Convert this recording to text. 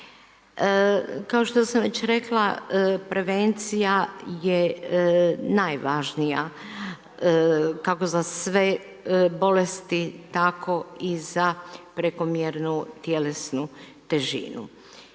Kao što sam već rekla, prevencija je najvažnija kako za sve bolesti tako i za prekomjernu tjelesnu težinu.